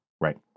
Right